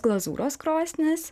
glazūros krosnis